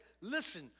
Listen